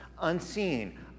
Unseen